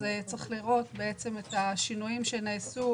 צריך לראות את השינויים שנעשו.